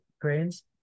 grains